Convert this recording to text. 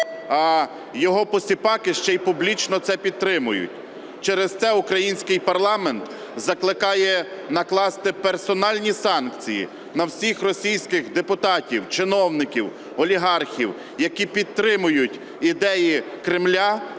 А його посіпаки ще й публічно це підтримують. Через це український парламент закликає накласти персональні санкції на всіх російських депутатів, чиновників, олігархів, які підтримують ідеї Кремля